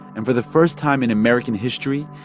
and for the first time in american history,